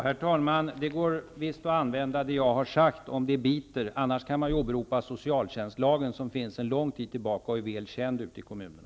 Herr talman! Det går visst att använda det jag har sagt, om det biter. Annars kan man ju åberopa socialtjänstlagen, som finns sedan lång tid tillbaka och är väl känd ute i kommunerna.